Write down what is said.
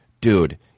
dude